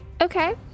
okay